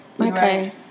Okay